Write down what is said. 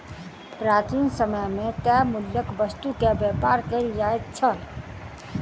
प्राचीन समय मे तय मूल्यक वस्तु के व्यापार कयल जाइत छल